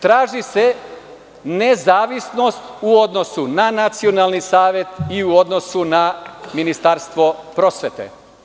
Traži se nezavisnost u odnosu na Nacionalni savet i u odnosu na Ministarstvo prosvete.